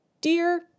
Dear